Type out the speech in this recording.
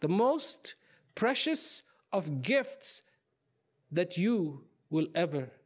the most precious of gifts that you will ever